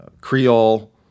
Creole